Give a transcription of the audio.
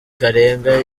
karega